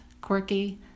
quirky